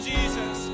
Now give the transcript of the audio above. Jesus